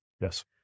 Yes